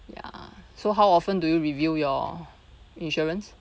ya so how often do you review your insurance